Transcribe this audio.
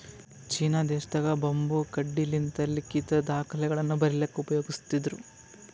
China ದೇಶದಾಗ್ bamboo ಕಡ್ಡಿಲಿಂತ್ ಲಿಖಿತ್ ದಾಖಲೆಗಳನ್ನ ಬರಿಲಿಕ್ಕ್ ಉಪಯೋಗಸ್ತಿದ್ರು